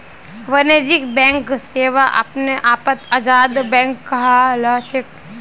वाणिज्यिक बैंक सेवा अपने आपत आजाद बैंक कहलाछेक